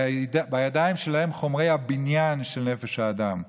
בידיים שלהם חומרי הבניין של נפש האדם.